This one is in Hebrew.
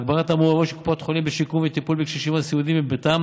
הגברת המעורבות של קופות החולים בשיקום ובטיפול בקשישים הסיעודיים בביתם